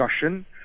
discussion